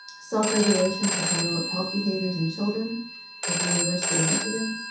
self-regulation to promote healthy behaviors in children at the university of michigan.